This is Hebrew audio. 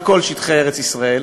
על כל שטחי ארץ-ישראל,